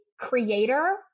creator